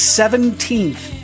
seventeenth